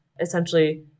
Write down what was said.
essentially